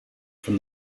from